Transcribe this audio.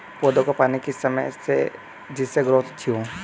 पौधे को पानी किस समय दें जिससे ग्रोथ अच्छी हो?